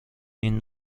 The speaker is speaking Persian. این